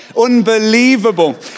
Unbelievable